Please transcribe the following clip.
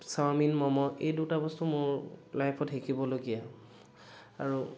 chowmein momo এই দুটা বস্তু মোৰ লাইফত শিকিবলগীয়া আৰু